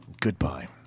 Goodbye